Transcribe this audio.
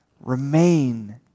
Remain